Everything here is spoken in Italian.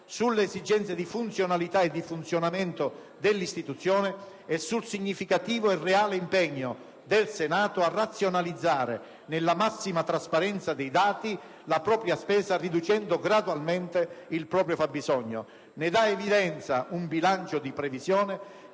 sulle esigenze di funzionalità e di funzionamento dell'istituzione e sul significativo e reale impegno del Senato a razionalizzare, nella massima trasparenza dei dati, la propria spesa riducendo gradualmente il proprio fabbisogno. Ne dà evidenza un bilancio di previsione